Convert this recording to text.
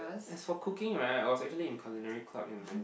as for cooking right I was actually in culinary club in my